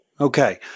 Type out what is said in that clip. Okay